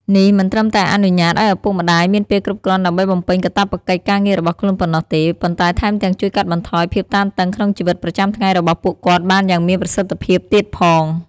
នេះមិនត្រឹមតែអនុញ្ញាតឱ្យឪពុកម្ដាយមានពេលគ្រប់គ្រាន់ដើម្បីបំពេញកាតព្វកិច្ចការងាររបស់ខ្លួនប៉ុណ្ណោះទេ ប៉ុន្តែថែមទាំងជួយកាត់បន្ថយភាពតានតឹងក្នុងជីវិតប្រចាំថ្ងៃរបស់ពួកគាត់បានយ៉ាងមានប្រសិទ្ធភាពទៀតផង។